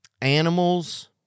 animals